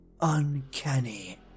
uncanny